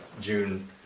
June